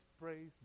praise